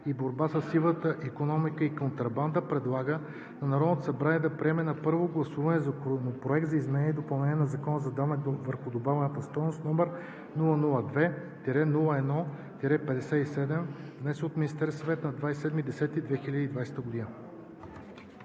и борба със сивата икономика и контрабандата предлага на Народното събрание да приеме на първо гласуване Законопроект за изменение и допълнение на Закона за данък върху добавената стойност, № 002-01-57, внесен от Министерския съвет на 27 октомври